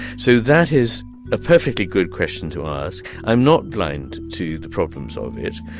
so that is a perfectly good question to ask i'm not blind to the problems of it.